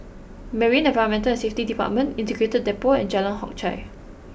Marine Environment and Safety Department Integrated Depot and Jalan Hock Chye